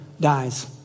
dies